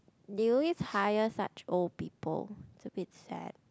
they always hire such old people it's a bit sad